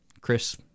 Chris